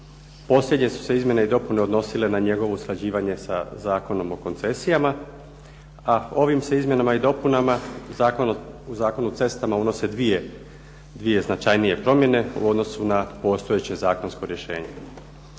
Posljednje su se izmjene i dopune odnosile na njegovo usklađivanje sa Zakonom o koncesijama, a ovim se izmjenama i dopunama u Zakon o cestama unose 2 značajnije promjene u odnosu na postojeće zakonsko rješenje.